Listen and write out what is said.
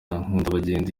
nkundabagenzi